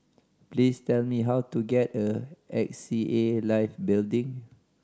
please tell me how to get a X C A Life Building